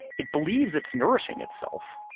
it believes it's nourishing itself.